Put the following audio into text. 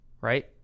Right